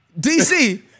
DC